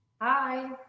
Hi